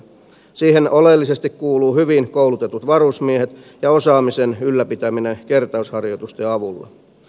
siihen oleellisesti kuuluvat hyvin koulutetut varusmiehet ja osaamisen ylläpitäminen kertausharjoitusten avulla